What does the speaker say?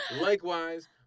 Likewise